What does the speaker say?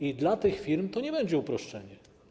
I dla tych firm to nie będzie uproszczenie.